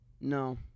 no